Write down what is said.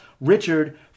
Richard